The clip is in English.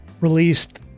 released